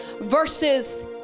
versus